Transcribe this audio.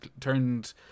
turned